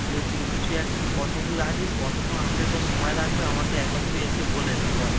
তুই হচ্ছে কি কিছু এক কত দূর আছিস কতক্ষণ আসতে তোর সময় লাগবে আমাকে একবার তুই এসে বলে বল